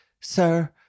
sir